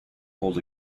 hold